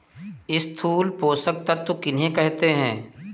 स्थूल पोषक तत्व किन्हें कहते हैं?